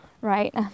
right